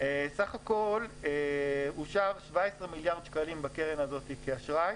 סך הכול אושרו 17 מיליארד שקלים בקרן הזאת כאשראי